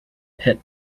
pit